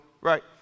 right